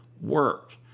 work